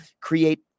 create